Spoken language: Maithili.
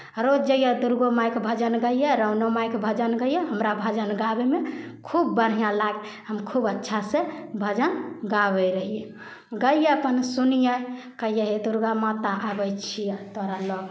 रोज जैयै दुर्गो मायके भजन गैयै रानाे मायके भजन गैयै हमरा भजन गाबयमे खूब बढ़िआँ लागय हम खूब अच्छासे भजन गाबै रहियै गैयै अपन सुनियै कहियै हे दुर्गामाता अबै छिअह तोरा लग